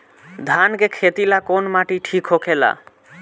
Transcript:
धान के खेती ला कौन माटी ठीक होखेला?